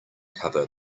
cover